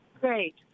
Great